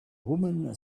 woman